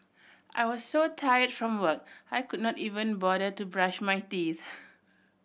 I was so tired from work I could not even bother to brush my teeth